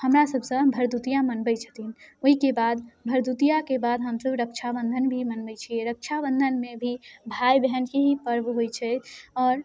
हमरासबसँ भरदुतिआ मनबै छथिन ओहिके बाद भरदुतिआके बाद हमसब रक्षाबन्धन भी मनबै छिए रक्षाबन्धनमे भी भाइ बहिनके ही पर्व होइ छै आओर